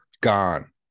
gone